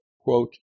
quote